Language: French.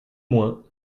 moins